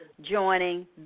joining